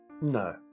No